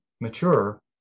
mature